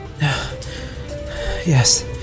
Yes